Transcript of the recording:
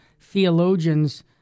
theologians